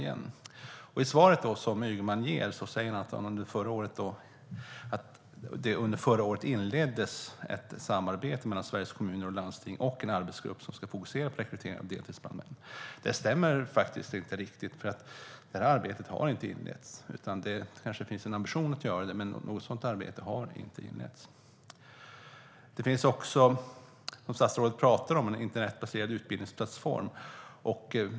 I det svar som Ygeman ger säger han att det under förra året inleddes ett samarbete mellan Sveriges Kommuner och Landsting och en arbetsgrupp som ska fokusera på rekrytering av deltidsbrandmän. Det stämmer faktiskt inte riktigt, för det arbetet har inte inletts. Det kanske finns en ambition att göra det, men något sådant arbete har inte inletts. Det finns också, som statsrådet pratar om, en internetbaserad utbildningsplattform.